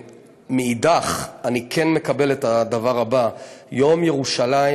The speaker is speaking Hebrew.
מאידך, אני מקבל את הדבר הבא: יום ירושלים,